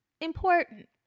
Important